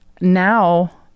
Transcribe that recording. now